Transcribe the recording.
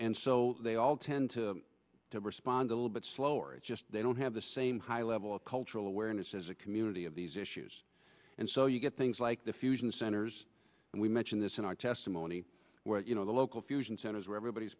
and so they all tend to respond a little bit slower it's just they don't have the same high level of cultural awareness as a community of these issues and so you get things like the fusion centers and we mention this in our testimony where you know the local fusion centers where everybody